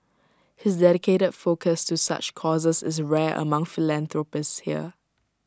his dedicated focus to such causes is rare among philanthropists here